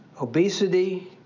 obesity